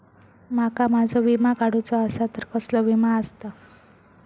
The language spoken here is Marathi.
माका माझो विमा काडुचो असा तर कसलो विमा आस्ता?